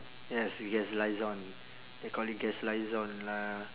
yes guest liaison they call it guest liaison uh